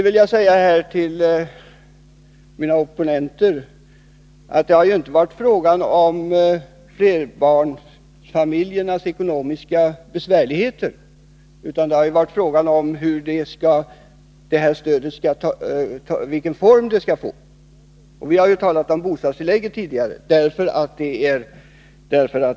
Till mina opponenter vill jag säga att det inte har varit fråga om flerbarnsfamiljernas ekonomiska besvärligheter utan om den form som stödet skall få. Vi har ju tidigare talat om bostadstillägget, som är inkomstprövat.